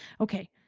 Okay